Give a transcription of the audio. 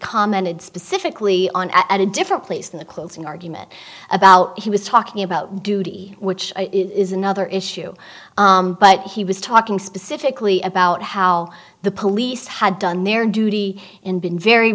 commented specifically on at a different place in the closing argument about he was talking about duty which is another issue but he was talking specifically about how the police had done their duty and been very